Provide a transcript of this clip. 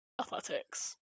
athletics